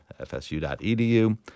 fsu.edu